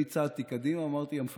אני צעדתי קדימה ואמרתי: המפקד,